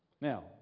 Now